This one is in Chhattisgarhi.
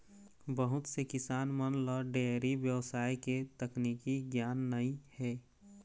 बहुत से किसान मन ल डेयरी बेवसाय के तकनीकी गियान नइ हे